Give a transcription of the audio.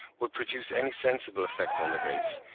would produce any sensible effect on the race,